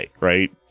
right